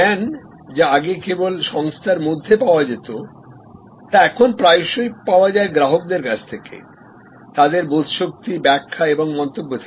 জ্ঞান যা আগে কেবল সংস্থার মধ্যেপাওয়া যেত তা এখন প্রায়শই পাওয়া যায় গ্রাহকদের কাছ থেকে তাদের বোধশক্তি ব্যাখ্যা এবং মন্তব্য থেকে